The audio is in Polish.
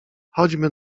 chodźmy